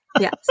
yes